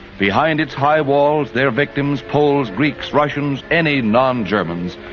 behind its high walls their victims, poles, greeks, russians, any non-germans,